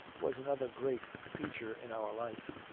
was another great feature in our life.